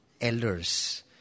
elders